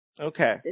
Okay